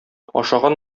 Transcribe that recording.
ашаган